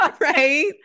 right